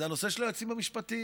היא הנושא של היועצים המשפטיים.